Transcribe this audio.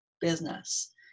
business